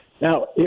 Now